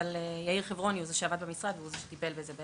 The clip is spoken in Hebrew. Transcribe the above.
אבל יאיר חברוני הוא זה שעבד במשרד והוא זה שטיפל בזה.